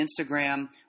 Instagram